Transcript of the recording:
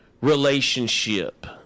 relationship